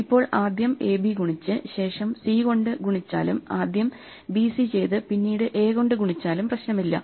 ഇപ്പോൾ ആദ്യം AB ഗുണിച്ച് ശേഷം സി കൊണ്ട് ഗുണിച്ചാലും അദ്യം BC ചെയ്തു പിന്നീട് എ കൊണ്ട് ഗുണിച്ചാലും പ്രശ്നമില്ല